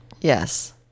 Yes